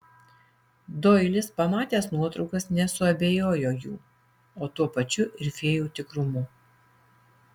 doilis pamatęs nuotraukas nesuabejojo jų o tuo pačiu ir fėjų tikrumu